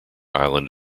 island